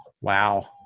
Wow